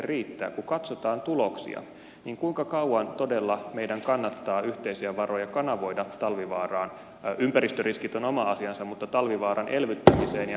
kun katsotaan tuloksia niin kuinka kauan todella meidän kannattaa yhteisiä varoja kanavoida ympäristöriskit ovat oma asiansa talvivaaran elvyttämiseen ja hengissä pitämiseen